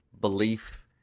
belief